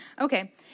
Okay